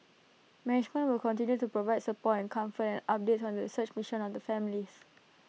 management will continue to provide support and comfort and updates on the search mission on the families